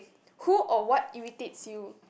who or what irritates you